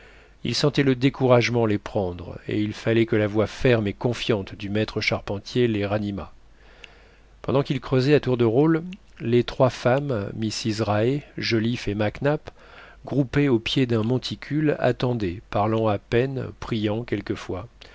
ils sentaient le découragement les prendre et il fallait que la voix ferme et confiante du maître charpentier les ranimât pendant qu'ils creusaient à tour de rôle les trois femmes mrs raë joliffe et mac nap groupées au pied d'un monticule attendaient parlant à peine priant quelquefois